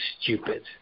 stupid